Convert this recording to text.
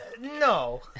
No